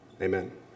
Amen